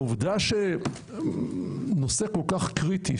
העובדה שנושא כל כך קריטי,